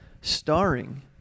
Starring